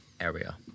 Area